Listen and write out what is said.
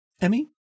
Emmy